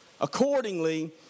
accordingly